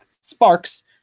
sparks